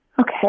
Okay